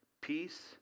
Peace